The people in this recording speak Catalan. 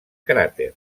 cràter